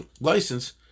license